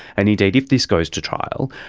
and indeed if this goes to trial,